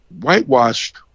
whitewashed